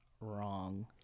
wrong